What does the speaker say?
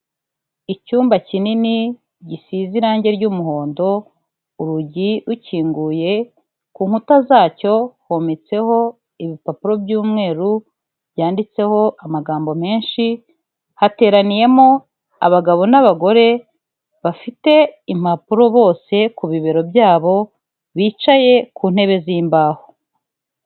Icyumba kinini gisize irangi ryumuhondo urugi rukinguye ku nkuta zacyo hometseho ibipapuro byumweru byanditseho amagambo menshi hateraniyemo abagabo n'abagore bafite impapuro bose ku bibero byabo bicaye ku ntebe zimbaho.